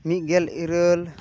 ᱢᱤᱫ ᱜᱮᱞ ᱤᱨᱟᱹᱞ